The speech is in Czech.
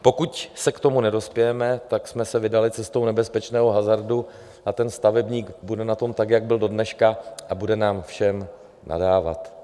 Pokud k tomu nedospějeme, tak jsme se vydali cestou nebezpečného hazardu a stavebník bude na tom tak, jak byl dodneška, a bude nám všem nadávat.